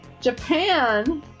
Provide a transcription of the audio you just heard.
Japan